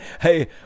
hey